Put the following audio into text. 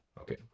Okay